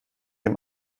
dem